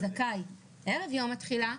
הסעיף האמור כנוסחו ערב יום התחילה.